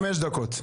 חמש דקות.